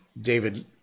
David